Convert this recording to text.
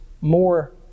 more